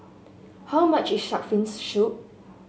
how much is shark fin's soup